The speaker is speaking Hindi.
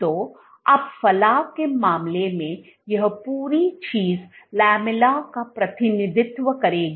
तो अब फलाव के मामले में यह पूरी चीज लामेला का प्रतिनिधित्व करेगी